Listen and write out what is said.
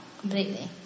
completely